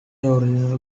original